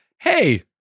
hey